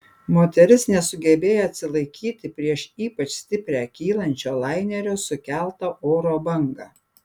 moteris nesugebėjo atsilaikyti prieš ypač stiprią kylančio lainerio sukeltą oro bangą